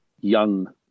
young